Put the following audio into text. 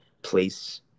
place